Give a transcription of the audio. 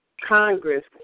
Congress